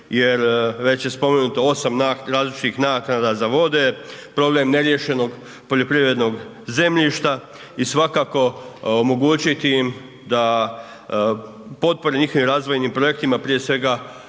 jer već je spomenuto 8 različitih naknada za vode, problem neriješenog poljoprivrednog zemljišta i svakako omogućiti im da potpore njihovim razvojnim projektima, prije svega